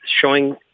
showing